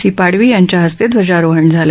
C Padvi यांच्या हस्ते ध्वजारोहण झालं